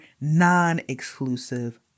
non-exclusive